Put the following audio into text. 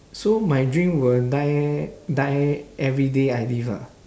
so my dream will die die every day I live ah